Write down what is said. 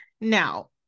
now